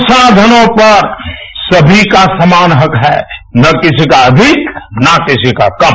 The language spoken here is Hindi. संसाधनों पर सभी का समान हक है न किसी का अधिक न किसी का कम